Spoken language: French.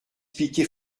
expliqué